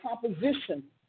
composition